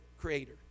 creator